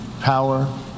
power